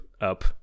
up